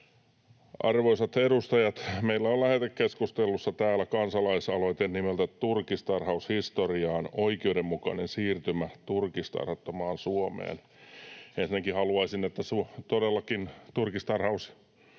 Arvoisat edustajat! Meillä on lähetekeskustelussa täällä kansalaisaloite nimeltä ”Turkistarhaus historiaan — Oikeudenmukainen siirtymä turkistarhattomaan Suomeen”. Ensinnäkin haluaisin, että todellakin turkistarhaus